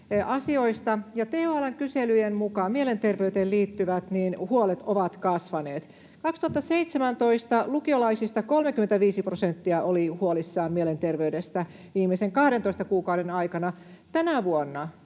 THL:n kyselyjen mukaan mielenterveyteen liittyvät huolet ovat kasvaneet. Vuonna 2017 lukiolaisista 35 prosenttia oli huolissaan mielenterveydestä viimeisen 12 kuukauden aikana.